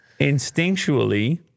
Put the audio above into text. instinctually